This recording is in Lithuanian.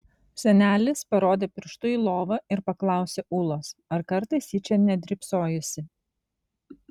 senelis parodė pirštu į lovą ir paklausė ūlos ar kartais ji čia nedrybsojusi